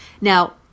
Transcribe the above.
Now